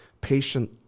patient